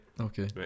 Okay